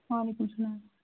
وعلیکُم سلام